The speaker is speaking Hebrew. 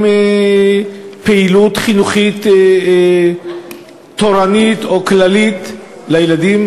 פעילות חינוכית תורנית או כללית לילדים,